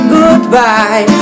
goodbye